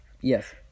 Yes